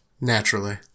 Naturally